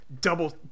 double